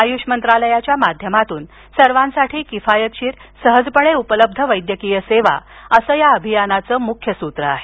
आयुष मंत्रालयाच्या माध्यमातून सर्वांसाठी किफायतशीर सहजपणे उपलब्ध वैद्यकीय सेवा असं या अभियानाचं मुख्य सूत्र आहे